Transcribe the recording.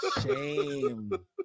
Shame